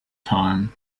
time